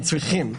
הם צריכים.